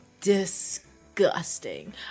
Disgusting